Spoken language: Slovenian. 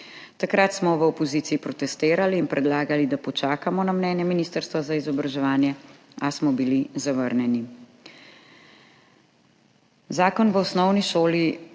Takrat smo v opoziciji protestirali in predlagali, da počakamo na mnenje Ministrstva za vzgojo in izobraževanje, a smo bili zavrnjeni. Zakon o osnovni šoli